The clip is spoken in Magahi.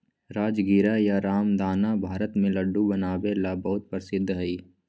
राजगीरा या रामदाना भारत में लड्डू बनावे ला बहुत प्रसिद्ध हई